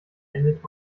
endet